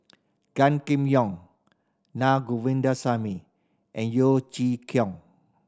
Gan Kim Yong Naa Govindasamy and Yeo Chee Kiong